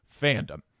fandom